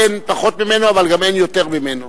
אין פחות ממנו, אבל גם אין יותר ממנו.